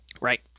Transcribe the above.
Right